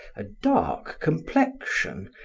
a dark complexion,